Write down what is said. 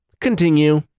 Continue